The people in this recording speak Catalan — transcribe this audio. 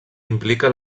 implica